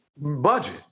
Budget